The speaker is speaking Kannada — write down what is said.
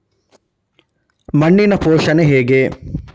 ಮಣ್ಣಿನ ಪೋಷಣೆ ಹೇಗೆ?